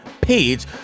page